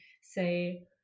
say